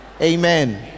Amen